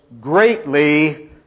greatly